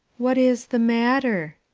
what is the matter?